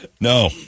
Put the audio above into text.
No